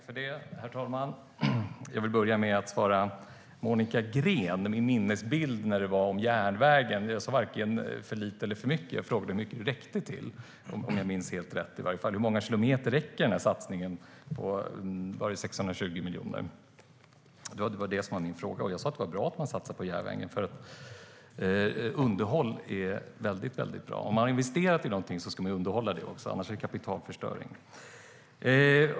Herr talman! Jag vill börja med att svara Monica Green. Min minnesbild i fråga om järnvägen är att jag inte nämnde att det skulle vara för lite eller för mycket. Jag frågade hur mycket pengarna räckte till - om jag minns helt rätt. Hur många kilometer räcker satsningen på 620 miljoner till? Det var min fråga. Jag sa att det var bra att man satsar på järnvägen. Underhåll är bra. Om man har investerat i något ska man underhålla det också. Annars är det kapitalförstöring.